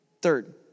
Third